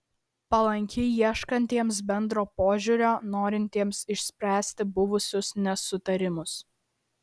palanki ieškantiems bendro požiūrio norintiems išspręsti buvusius nesutarimus